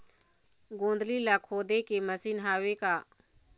गोंदली ला खोदे के मशीन हावे का?